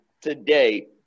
today